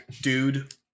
dude